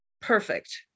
perfect